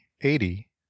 eighty